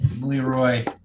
Leroy